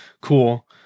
Cool